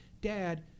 dad